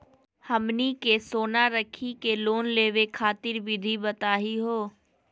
हमनी के सोना रखी के लोन लेवे खातीर विधि बताही हो?